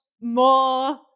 more